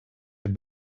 have